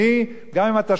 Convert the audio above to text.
אתה צריך להיות הגון,